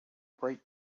bright